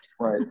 Right